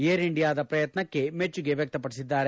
air ಇಂಡಿಯಾದ ಪ್ರಯತ್ನಕ್ಷೆ ಮೆಚ್ಚುಗೆ ವ್ವಕ್ತಪಡಿಸಿದ್ದಾರೆ